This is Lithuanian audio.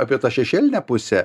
apie tą šešėlinę pusę